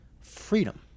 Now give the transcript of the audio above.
freedom